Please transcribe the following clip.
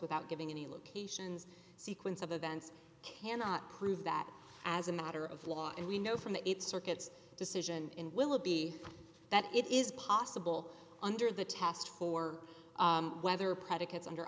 without giving any locations sequence of events cannot prove that as a matter of law and we know from the eight circuits decision in willoughby that it is possible under the test for whether predicates under